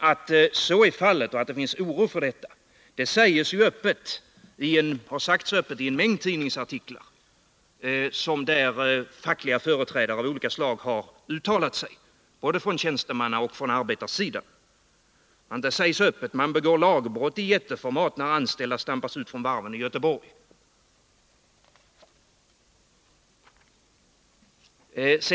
Att så är fallet och att det finns oro för detta har ju sagts öppet i en mängd tidningsartiklar, där fackliga företrädare av olika slag från både tjänstemannaoch arbetarsidan har uttalat sig. Där har det sagts klart ifrån, att man begår lagbrott i jätteformat när anställda stampas ut från varven i Göteborg.